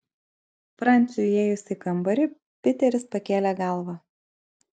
franciui įėjus į kambarį piteris pakėlė galvą